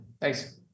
thanks